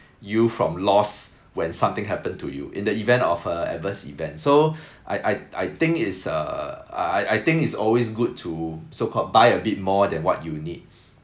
you from loss when something happen to you in the event of a adverse event so I I I think is err I I think it's always good to so called buy a bit more than what you need